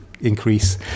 increase